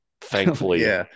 thankfully